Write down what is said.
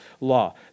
law